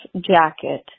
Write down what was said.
jacket